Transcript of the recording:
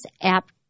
app